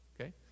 okay